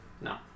No